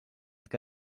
que